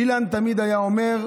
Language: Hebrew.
אילן תמיד היה אומר: